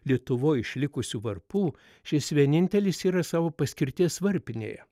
lietuvoj išlikusių varpų šis vienintelis yra savo paskirties varpinėje